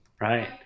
right